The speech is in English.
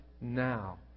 now